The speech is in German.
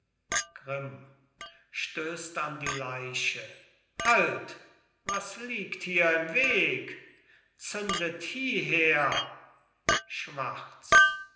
grimm stößt an die leiche halt was liegt hier im weg zündet hieher schwarz